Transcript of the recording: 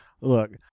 look